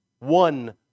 One